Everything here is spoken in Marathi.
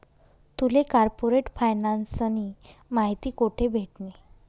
तुले कार्पोरेट फायनान्सनी माहिती कोठे भेटनी?